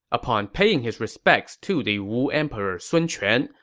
upon paying his respects to the wu emperor sun quan,